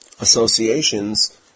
associations